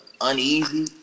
uneasy